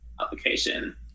application